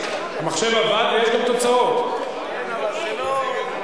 שהוא לא עומד בשום קנה מידה מוסרי.